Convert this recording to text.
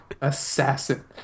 assassin